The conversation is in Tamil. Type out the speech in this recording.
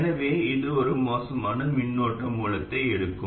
எனவே இது ஒரு மோசமான மின்னோட்ட மூலத்தை எடுக்கும்